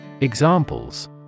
Examples